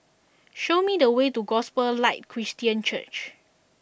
show me the way to Gospel Light Christian Church